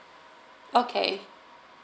okay